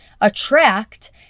attract